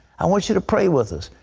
i want you to pray with us.